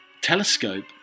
telescope